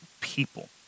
people